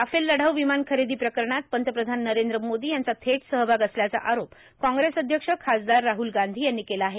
Rafale लढाऊ र्विमान खरेदां प्रकरणात पंतप्रधान नरद्र मोर्दो यांचा थेट सहभाग असल्याचा आरोप काँग्रेस अध्यक्ष खासदार राहुल गांधी यांनी केला आहे